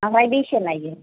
ओमफ्राय बेसे लायो